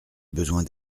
besoin